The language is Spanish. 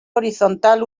horizontal